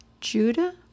Judah